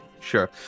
sure